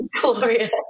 Gloria